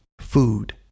food